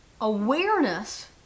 awareness